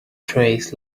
trays